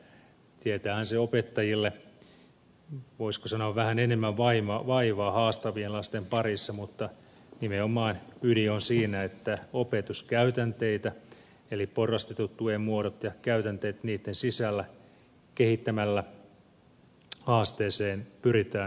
tietäähän se opettajille voisiko sanoa vähän enemmän vaivaa haastavien lasten parissa mutta ydin on nimenomaan siinä että opetuskäytänteitä eli porrastettujen tuen muotoja ja käytänteitä niitten sisällä kehittämällä haasteeseen pyritään vaikuttamaan